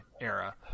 era